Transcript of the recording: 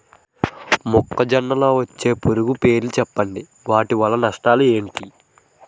మొక్కజొన్న లో వచ్చే పురుగుల పేర్లను చెప్పండి? వాటి వల్ల నష్టాలు ఎంటి?